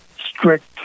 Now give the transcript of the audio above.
strict